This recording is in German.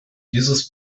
dieses